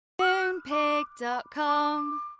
Moonpig.com